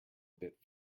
bit